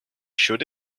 should